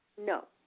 No